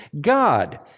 God